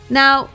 now